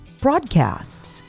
broadcast